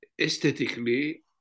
aesthetically